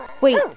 Wait